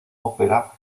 ópera